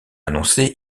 annoncé